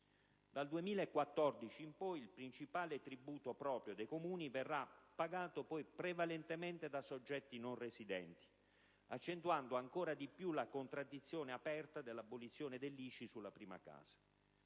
Dal 2014 in poi, il principale tributo proprio dei Comuni verrà pagato prevalentemente da soggetti non residenti, accentuando ancora di più la contraddizione aperta dall'abolizione dell'ICI sulla prima casa.